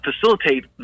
Facilitate